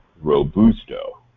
Robusto